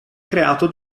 creato